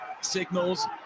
Signals